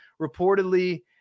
reportedly